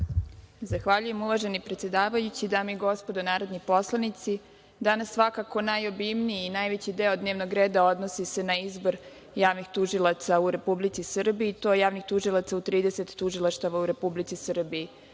Zahvaljujem. Uvaženi predsedavajući, dame i gospodo narodni poslanici, danas svakako najobimniji i najveći deo dnevnog reda odnosi se na izbor javnih tužilaca u Republici Srbiji, i to javnih tužilaca u 30 tužilaštava u Republici Srbiji. Pred